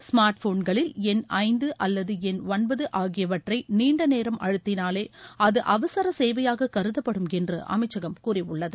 smart போன்களில் எண் ஐந்து அல்லது எண் ஒன்பது ஆகியவற்றை நீண்ட நேரம் அழுத்தினாலே அது அவசர சேவையாக கருதப்படும் என்று அமைச்சகம் கூறியுள்ளது